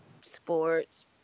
Sports